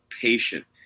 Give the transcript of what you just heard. patient